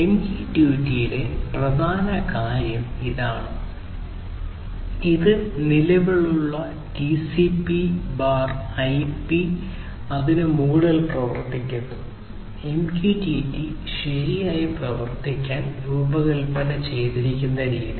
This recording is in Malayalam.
MQTT യിലെ പ്രധാന കാര്യം ഇതാണ് ഇത് നിലവിലുള്ള TCPIP ന് മുകളിൽ പ്രവർത്തിക്കുന്നു MQTT ശരിയായി പ്രവർത്തിക്കാൻ രൂപകൽപ്പന ചെയ്തിരിക്കുന്ന രീതി